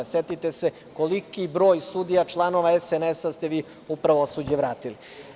Setite se koliki broj sudija članova SNS-a ste vi u pravosuđe vratili.